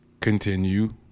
continue